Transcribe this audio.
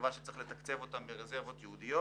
שקבעה כי כספים אלה יתוקצבו ברזרבות ייעודיות.